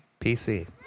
PC